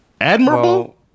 admirable